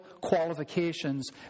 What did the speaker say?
qualifications